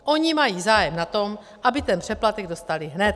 Oni mají zájem na tom, aby ten přeplatek dostali hned.